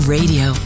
Radio